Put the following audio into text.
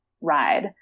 ride